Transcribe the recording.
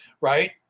right